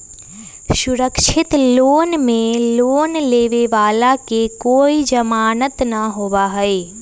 असुरक्षित लोन में लोन लेवे वाला के कोई जमानत न होबा हई